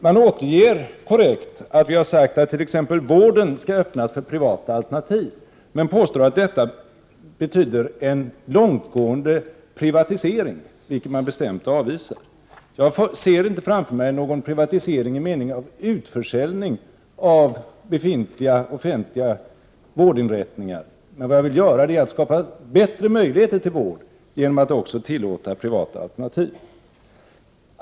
Man återger korrekt att vi har sagt att t.ex vården skall öppnas för privata alternativ, men samtidigt påstår man att detta betyder en långtgående privatisering, vilket man bestämt avvisar. Jag ser inte framför mig någon privatisering i mening av utförsäljning av befintliga offentliga vårdinrättningar. Vad jag vill göra är att skapa bättre möjligheter till vård genom att också tillåta privata alternativ.